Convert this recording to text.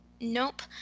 nope